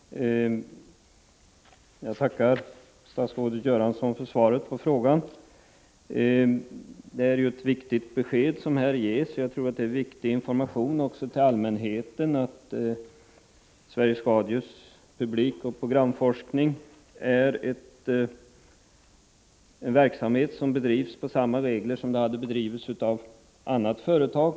Fru talman! Jag tackar statsrådet Göransson för svaret på frågan. Det är ett viktigt besked som här ges, och jag tror det är viktig information också för allmänheten att Sveriges Radios publikoch programforskning är en verksamhet som bedrivs enligt samma regler som om den hade bedrivits av ett annat företag.